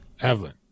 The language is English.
evelyn